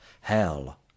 Hell